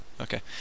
Okay